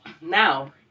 Now